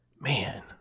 man